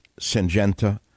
Syngenta